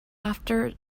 after